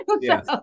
Yes